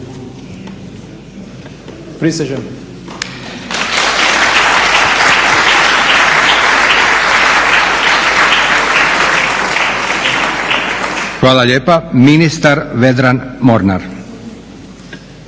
(SDP)** Hvala lijepa. Ministar Vedran Mornar.